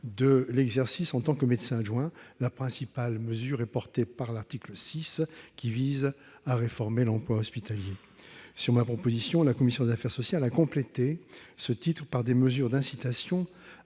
de l'exercice en tant que médecin adjoint. La principale mesure est portée par l'article 6, qui vise à réformer l'emploi hospitalier. Sur ma proposition, la commission des affaires sociales a complété ce titre par des mesures constituant